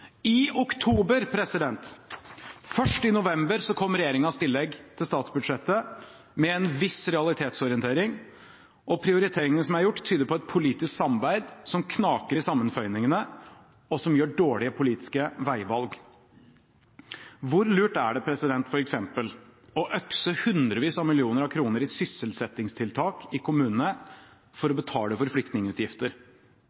i oktober! Først i november kom regjeringens tillegg til statsbudsjettet med en viss realitetsorientering. Prioriteringene som er gjort, tyder på et politisk samarbeid som knaker i sammenføyningene, og som gjør dårlige politiske veivalg. Hvor lurt er det f.eks. å økse hundrevis av millioner kroner i sysselsettingstiltak i kommunene for å betale for flyktningutgifter?